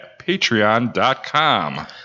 patreon.com